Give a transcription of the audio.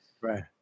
right